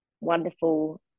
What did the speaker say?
wonderful